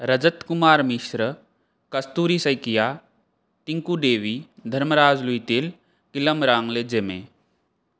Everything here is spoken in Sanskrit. रजतकुमारमिश्रः कस्तूरि सैकिया टिङ्कुदेवी धर्मराजः लुय्तेल् किलं राम्लेजेमे